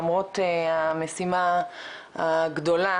למרות המשימה הגדולה,